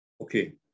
okay